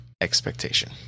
expectation